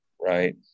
right